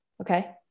okay